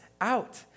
out